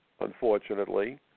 unfortunately